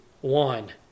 one